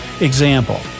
Example